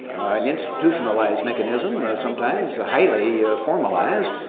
an institutionalized mechanism sometimes highly formalized